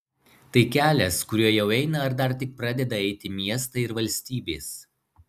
tai kelias kuriuo jau eina ar dar tik pradeda eiti miestai ir valstybės